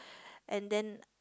and then